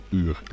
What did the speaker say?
uur